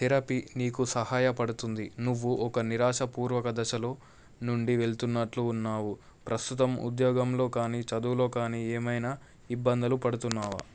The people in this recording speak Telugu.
థెరపీ నీకు సహాయపడుతుంది నువ్వు ఒక నిరాశాపూర్వక దశలో నుండి వెళ్తున్నట్లు ఉన్నావు ప్రస్తుతం ఉద్యోగంలో కానీ చదువులో కానీ ఏమైనా ఇబ్బందులు పడుతున్నావా